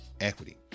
equity